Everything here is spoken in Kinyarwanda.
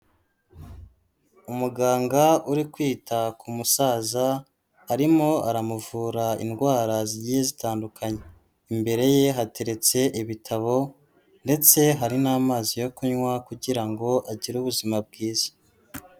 Umuganga uri kwita ku musaza arimo aramuvura indwaragiye zitandukanye, imbere ye hateretse ibitabo ndetse hari n'amazi yo kunywa kugira ngo agire ubuzima bwiza.